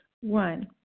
One